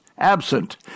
absent